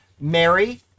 Mary